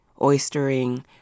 Oystering